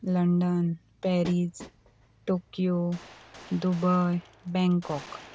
London Paris Tokyo Dubai Bangkok